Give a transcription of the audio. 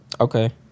Okay